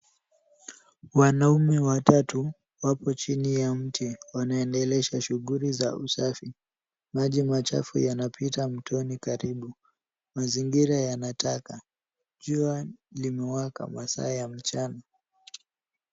Wanaume watatu wapo chini ya mti wanaendelesha shuguli za usafi. Maji machafu yanapita mtoni karibu. mazingira yana taka, jua limewaka masaa ya mchana.